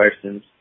questions